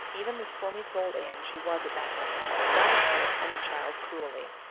even the stormy-souled anne she was at that moment, could not have punished any child cruelly.